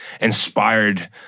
inspired